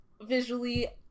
visually